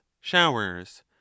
showers